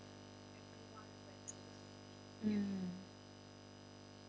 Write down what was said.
mm